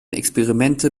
experimente